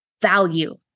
value